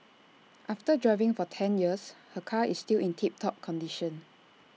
after driving for ten years her car is still in tip top condition